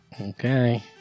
Okay